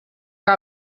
que